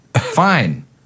Fine